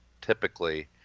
typically